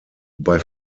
bei